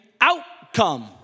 outcome